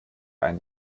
einen